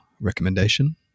recommendation